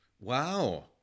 Wow